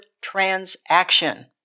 transaction